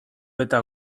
eta